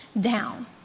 down